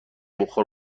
بخار